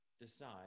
decide